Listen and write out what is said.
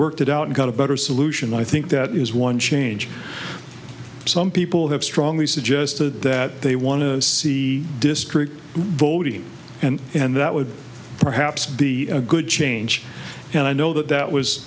worked it out and got a better solution i think that is one change some people have strongly suggested that they want to see district voting and and that would perhaps be a good change and i know that that was